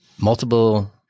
multiple